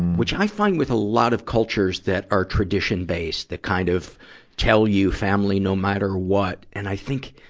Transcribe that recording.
which i find with a lot of cultures that are tradition-based that kind of tell you family no matter what. and i think,